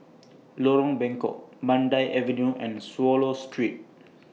Lorong Bengkok Mandai Avenue and Swallow Street